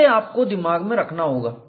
इसे आपको दिमाग में रखना होगा